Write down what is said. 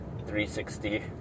360